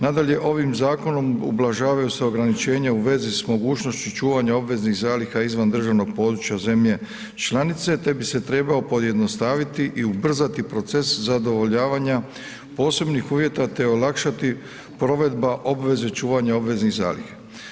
Nadalje, ovim zakonom ublažavaju se ograničenja u vezi s mogućnošću čuvanja obveznih zaliha izvan državnog područja zemlje članice te bi se trebao pojednostaviti i ubrzati proces zadovoljavanja posebnih uvjeta te olakšati provedba obveze čuvanja obveznih zaliha.